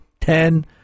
ten